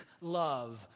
love